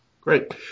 Great